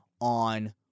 on